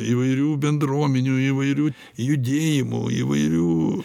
įvairių bendruomenių įvairių judėjimų įvairių